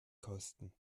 kosten